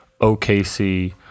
OKC